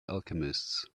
alchemists